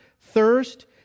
Thirst